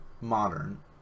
modern